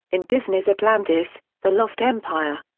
in disney's atlantis the lost empire.